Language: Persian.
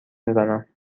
میزنم